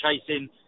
chasing